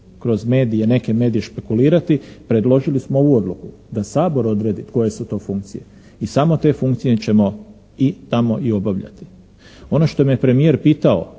kroz medije, neke medije špekulirati predložili smo ovu Odluku da Sabor odredi koje su to funkcije i samo te funkcije ćemo i tamo i obavljati. Ono što me premijer pitao